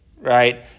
right